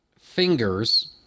fingers